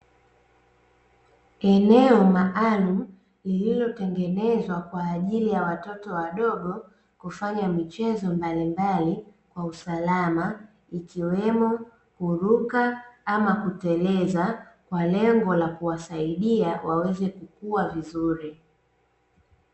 Eneo maalumu lililotengenezwa kwa ajili ya watoto wadogo kufanya michezo mbalimbali kwa usalama, ikiwemo kuruka ama kuteleza kwalengo la kuwasaidia waweze kukuwa vizuri.